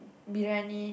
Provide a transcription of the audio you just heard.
briyani